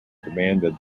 demanded